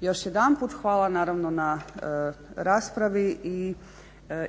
još jedanput, hvala naravno na raspravi i